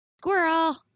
squirrel